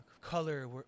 Color